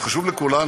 זה חשוב לכולנו.